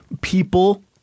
people